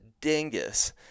dingus